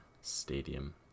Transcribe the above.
stadium